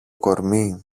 κορμί